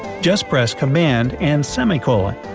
just press command and semicolon.